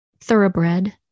thoroughbred